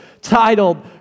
titled